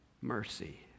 mercy